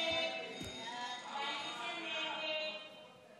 קבוצת סיעת ישראל ביתנו וקבוצת סיעת